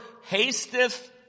hasteth